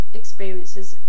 experiences